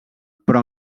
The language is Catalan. però